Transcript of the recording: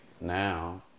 now